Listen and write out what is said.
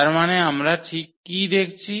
তার মানে আমরা ঠিক কী দেখছি